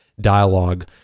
dialogue